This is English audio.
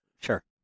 Sure